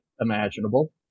imaginable